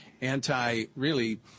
anti-really